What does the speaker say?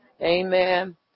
Amen